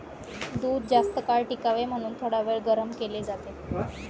दूध जास्तकाळ टिकावे म्हणून थोडावेळ गरम केले जाते